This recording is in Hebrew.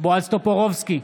בועז טופורובסקי,